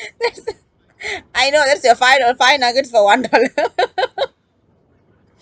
that's just I know that's your five do~ five nuggets for one dollar